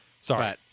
sorry